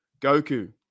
Goku